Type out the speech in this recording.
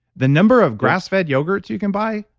the number of grass-fed yogurts you can buy,